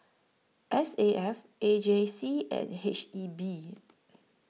S A F A J C and H E B